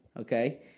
okay